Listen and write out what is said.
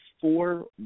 four